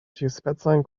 ĉiuspecajn